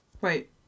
wait